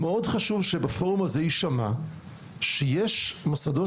מאוד חשוב בפורום הזה יישמע שיש מוסדות